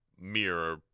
mirror